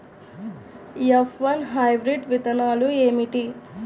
F one hybrid విత్తనాలు ఏమిటి?